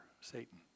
Satan